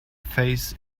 face